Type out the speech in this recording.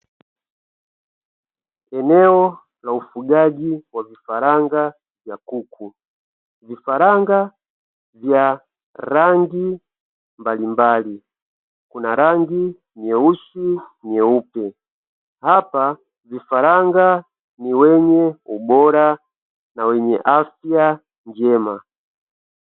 Eneo la ufugaji wa vifaranga vya kuku, vifaranga vya rangi mbalimbali kuna rangi nyeusi, nyeupe; hapa vifaranga ni wenye ubora na wenye afya njema.